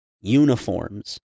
uniforms